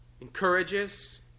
encourages